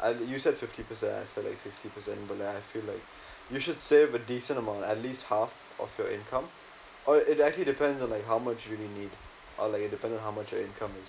I use at fifty percent instead of like sixty percent but I feel like you should save a decent amount at least half of your income or it actually depends on like how much you really need or like it depend on how much your income is